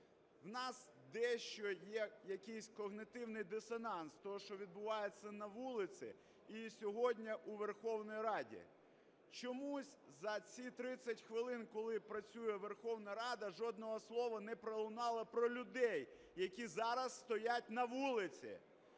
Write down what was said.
У нас дещо є якийсь когнітивний дисонанс того, що відбувається на вулиці і сьогодні у Верховній Раді. Чомусь за ці 30 хвилин, коли працює Верховна Рада, жодного слова не пролунало про людей, які зараз стоять на вулиці.